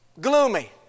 gloomy